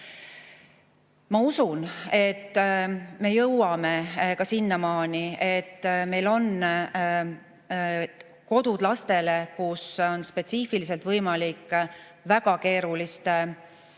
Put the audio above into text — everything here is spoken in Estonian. Ma usun, et me jõuame ka sinnamaani, et meil on kodud lastele, kus on spetsiifiliselt võimalik väga keeruliste